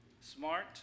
smart